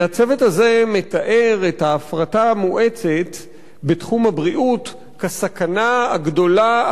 והצוות הזה מתאר את ההפרטה המואצת בתחום הבריאות כסכנה הגדולה,